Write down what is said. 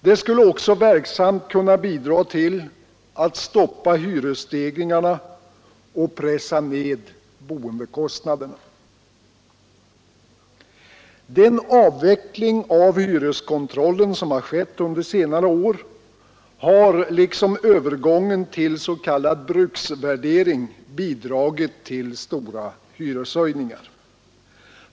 Det skulle också verksamt kunna bidra till att stoppa hyresstegringarna och pressa ned boendekostnaderna. Den successiva avveckling av hyreskontrollen som skett under senare år har liksom övergången till s.k. bruksvärdering bidragit till stora hyreshöjningar.